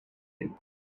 inn